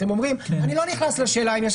אתם אומרים אני לא נכנס לשאלה אם יש